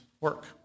work